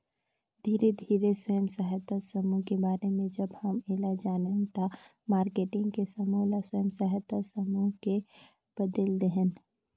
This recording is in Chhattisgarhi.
धीरे धीरे स्व सहायता समुह के बारे में जब हम ऐला जानेन त मारकेटिंग के समूह ल स्व सहायता समूह में बदेल देहेन